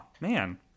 man